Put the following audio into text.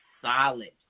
solid